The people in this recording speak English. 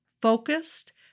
focused